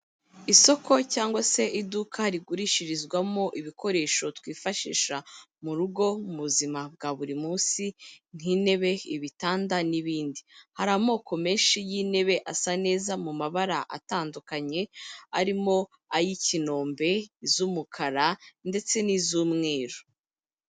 Isoko cyangwa se iduka rigurishirizwamo ibikoresho twifashisha mu rugo mu buzima bwa buri munsi nk'intebe, ibitanda n'ibindi, hari amoko menshi y'intebe asa neza mu mabara atandukanye arimo ay'ikinombe, iiz'umukara ndetse n'iz'umweru.